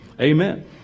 Amen